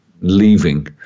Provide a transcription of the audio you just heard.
Leaving